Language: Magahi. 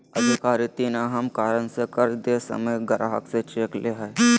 अधिकारी तीन अहम कारण से कर्ज दे समय ग्राहक से चेक ले हइ